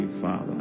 Father